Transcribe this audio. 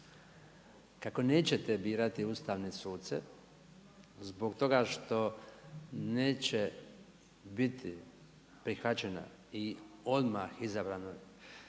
kako nećete birati ustavne suce zbog toga što neće biti prihvaćena i odmah izabrano